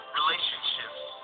relationships